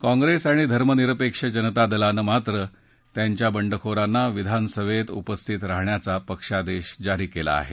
काँग्रेस आणि धर्मनिरपेक्ष जनता दलाने मात्र त्यांच्या बंडखोरांना विधानसभेत उपस्थित राहण्याचा पक्षादेश दिला आहे